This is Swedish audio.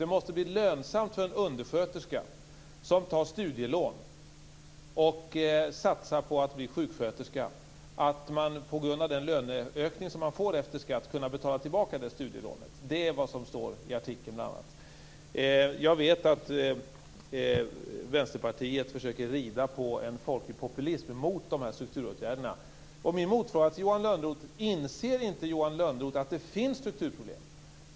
Det måste bli möjligt för en undersköterska som tar studielån och satsar på att bli sjuksköterska, att med den löneökning man får efter skatt kunna betala tillbaka studielånet. Det är vad som står i artikeln bl.a. Jag vet att Vänsterpartiet försöker rida på en folklig populism mot de här strukturåtgärderna. Min motfråga till Johan Lönnroth är: Inser inte Johan Lönnroth att det finns strukturproblem?